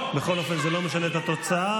בכל אופן, זה לא משנה את התוצאה.